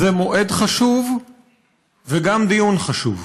זה מועד חשוב וגם דיון חשוב.